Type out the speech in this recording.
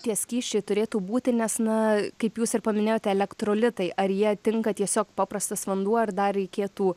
tie skysčiai turėtų būti nes na kaip jūs ir paminėjote elektrolitai ar jie tinka tiesiog paprastas vanduo ar dar reikėtų